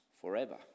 forever